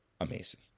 amazing